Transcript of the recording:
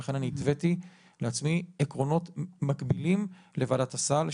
ולכן אני התוויתי לעצמי עקרונות מקבילים לוועדת הסל,